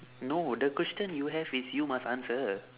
no the question you have is you must answer